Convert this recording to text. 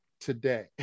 today